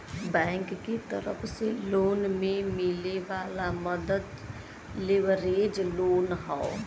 bank के तरफ से लोन में मिले वाला मदद लेवरेज लोन हौ